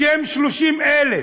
בשם 30,000,